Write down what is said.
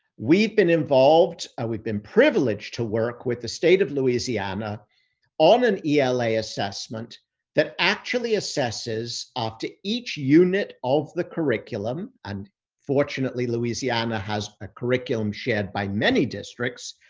we've been involved, ah we've been privileged to work with the state of louisiana on an ela assessment that actually assesses after each unit of the curriculum and fortunately, louisiana has a curriculum shared by many districts.